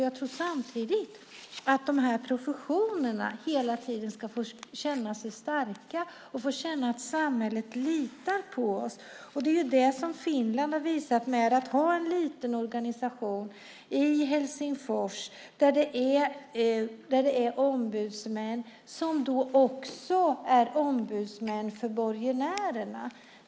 Jag tror samtidigt att de här professionerna hela tiden ska få känna sig starka och få känna att samhället litar på dem. Det är ju det som Finland har visat med att ha en liten organisation i Helsingfors där det är ombudsmän som också är ombudsmän för borgenärerna.